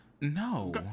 No